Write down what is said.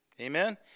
Amen